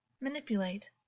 manipulate